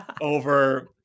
over